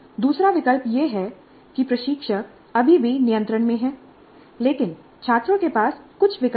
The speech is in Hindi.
दूसरा विकल्प यह है कि प्रशिक्षक अभी भी नियंत्रण में है लेकिन छात्रों के पास कुछ विकल्प हैं